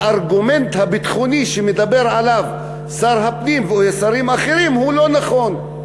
הארגומנט הביטחוני שמדברים עליו שר הפנים ושרים אחרים הוא לא נכון,